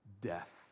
Death